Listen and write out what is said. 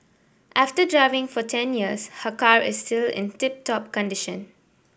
after driving for ten years her car is still in tip top condition